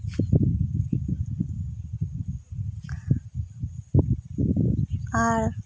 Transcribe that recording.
ᱟᱨ